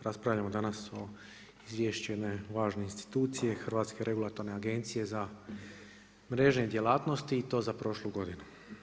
Raspravljamo danas o izvješću jedne važne institucije Hrvatske regulatorne agencije za mrežne djelatnosti i to za prošlu godinu.